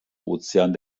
ozean